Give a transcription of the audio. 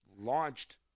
launched